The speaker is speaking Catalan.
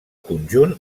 conjunt